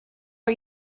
are